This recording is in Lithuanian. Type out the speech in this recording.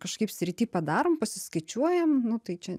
kažkaip sritį padarom pasiskaičiuojam nu tai čia